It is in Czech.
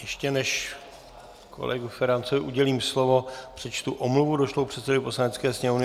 Ještě než kolegu Ferancovi udělím slovo, přečtu omluvu došlou předsedovi Poslanecké sněmovny.